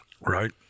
Right